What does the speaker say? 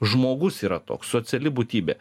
žmogus yra toks sociali būtybė